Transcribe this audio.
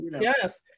Yes